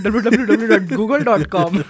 www.google.com